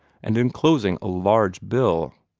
and enclosing a large bill.